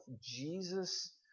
Jesus